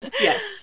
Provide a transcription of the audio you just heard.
yes